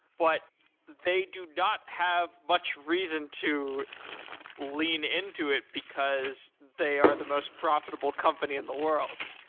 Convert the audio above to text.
but they do not have much reason to lean into it because they are the most profitable company in the world?